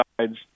sides